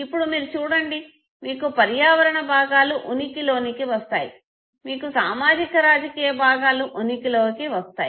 ఇప్పుడు మీరు చూడండి మీకు పర్యావరణ భాగాలు ఉనికి లోనికి వస్తాయి మీకు సామాజిక రాజకీయ భాగాలు ఉనికి లోకి వస్తాయి